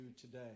today